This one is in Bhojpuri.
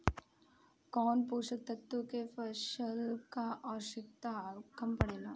कौन पोषक तत्व के फसल पर आवशयक्ता कम पड़ता?